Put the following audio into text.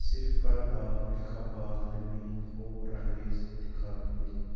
صِرف کَر بھاگ مِلکھا بھاگ فِلمہٕ ہٕنٛدۍ اور رنگریز انتِخاب تہِ میلے